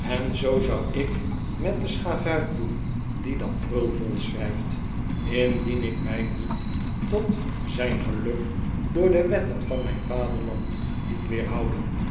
en zoo zou ik met den schavuit doen die dat prul volschrijft indien ik mij niet tot zijn geluk door de wetten van mijn vaderland liet weerhouden